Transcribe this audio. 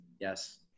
yes